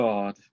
God